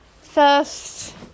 first